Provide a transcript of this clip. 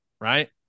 right